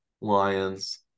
Lions